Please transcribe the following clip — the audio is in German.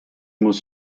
muss